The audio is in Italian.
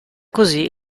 così